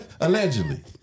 Allegedly